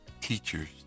Teachers